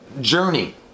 journey